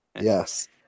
Yes